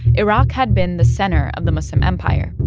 iraq had been the center of the muslim empire.